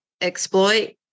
exploit